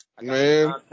Man